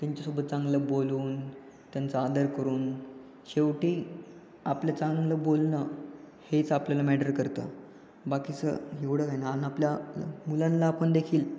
त्यांच्यासोबत चांगलं बोलून त्यांचा आदर करून शेवटी आपलं चांगलं बोलणं हेच आपल्याला मॅटर करतं बाकीचं एवढं काय ना अन आपल्या मुलांला आपण देखील